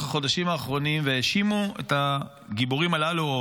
החודשים האחרונים והאשימו את הגיבורים הללו,